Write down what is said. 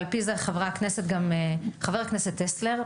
אסנת לוקסנבורג ממשרד הבריאות,